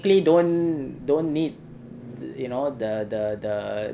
don't don't need you know the the the